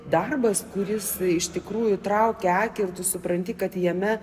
darbas kuris iš tikrųjų traukia akį ir tu supranti kad jame